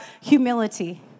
humility